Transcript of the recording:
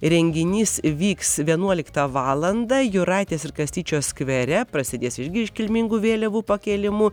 renginys vyks vienuoliktą valandą jūratės ir kastyčio skvere prasidės irgi iškilmingu vėliavų pakėlimu